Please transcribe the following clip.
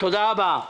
תודה רבה.